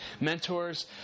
Mentors